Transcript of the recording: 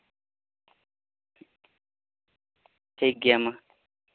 ᱴᱷᱤᱠᱜᱮᱭᱟ ᱢᱟ